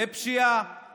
לפשיעה,